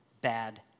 bad